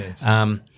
Yes